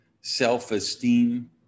self-esteem